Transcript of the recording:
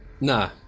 Nah